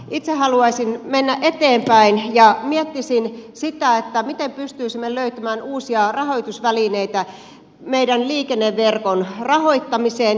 itse haluaisin mennä eteenpäin ja miettisin sitä miten pystyisimme löytämään uusia rahoitusvälineitä meidän liikenneverkon rahoittamiseen